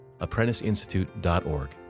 ApprenticeInstitute.org